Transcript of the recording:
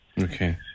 Okay